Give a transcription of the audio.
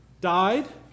Died